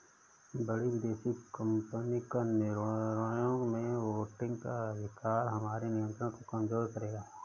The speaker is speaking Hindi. बड़ी विदेशी कंपनी का निर्णयों में वोटिंग का अधिकार हमारे नियंत्रण को कमजोर करेगा